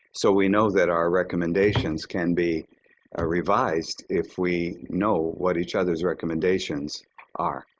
so we know that our recommendations can be ah revised if we know what each other's recommendations are.